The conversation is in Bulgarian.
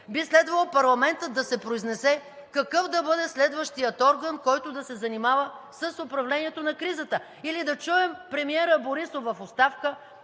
би следвало парламентът да се произнесе какъв да бъде следващият орган, който да се занимава с управлението на кризата, или да чуем премиерът Борисов в оставка